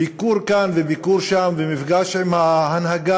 ביקור כאן וביקור שם ומפגש עם ההנהגה,